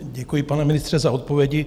Děkuji, pane ministře, za odpovědi.